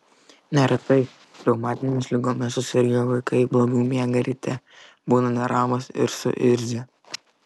neretai reumatinėmis ligomis susirgę vaikai blogiau miega ryte būna neramūs ir suirzę